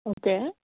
okay